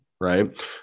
right